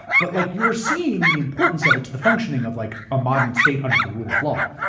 but like you're seeing the importance of it to the functioning of like a modern state under the rule of law.